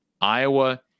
Iowa